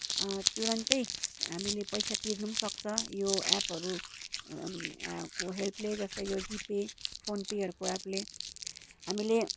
तुरन्तै हामीले पैसा तिर्नु पनि सक्छ यो एपहरूको हेल्पले जस्तै यो जिपे फोन पेहरूको एपले हामीले